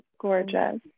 gorgeous